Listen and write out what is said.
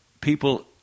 People